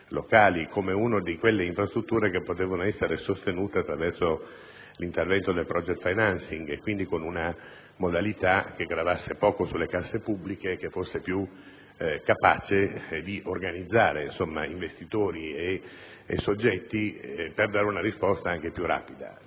locali come una di quelle infrastrutture che potevano essere sostenute attraverso l'intervento del *project financing*, quindi con una modalità che gravasse poco sulle casse pubbliche e che fosse più capace di organizzare investitori e soggetti al fine di una più rapida